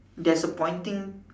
there's a pointing